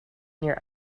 near